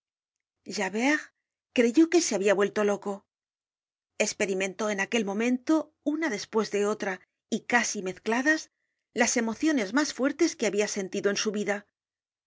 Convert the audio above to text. libertad javert creyó que se habia vuelto loco esperimentó en aquel momento una despues de otra y casi mezcladas las emociones mas fuertes que habia sentido en su vida